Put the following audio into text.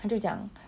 他就讲